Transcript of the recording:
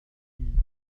mille